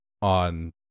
on